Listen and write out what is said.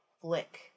flick